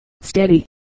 steady